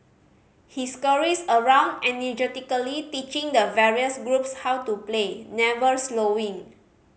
he scurries around energetically teaching the various groups how to play never slowing